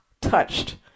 touched